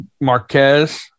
Marquez